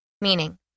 Meaning